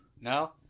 No